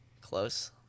close